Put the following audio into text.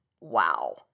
Wow